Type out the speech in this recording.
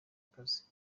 akazi